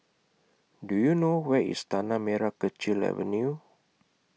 Do YOU know Where IS Tanah Merah Kechil Avenue